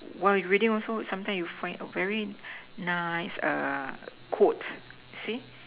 while you reading also sometimes you find a very nice err quote see